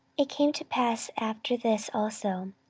it came to pass after this also,